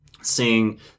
seeing